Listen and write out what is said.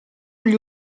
gli